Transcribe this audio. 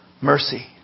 Mercy